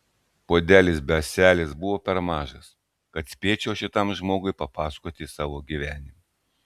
puodelis be ąselės buvo per mažas kad spėčiau šitam žmogui papasakoti savo gyvenimą